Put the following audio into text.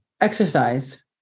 exercise